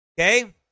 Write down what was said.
Okay